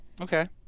okay